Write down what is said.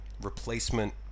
replacement